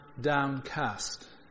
downcast